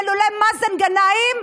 ולולא מאזן גנאים,